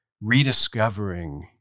rediscovering